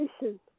patient